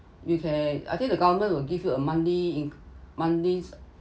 you can I think the government will give you a monthly in~ monthly